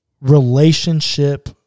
relationship